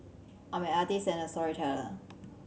I am an artist and a storyteller